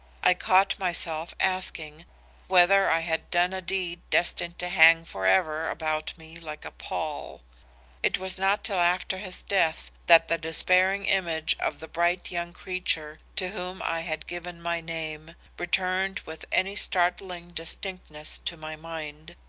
i caught myself asking whether i had done a deed destined to hang forever about me like a pall it was not till after his death that the despairing image of the bright young creature to whom i had given my name, returned with any startling distinctness to my mind,